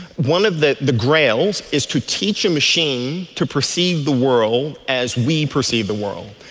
one of the the grails is to teach a machine to perceive the world as we perceive the world.